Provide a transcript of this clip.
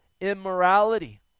immorality